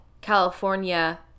California